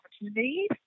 opportunities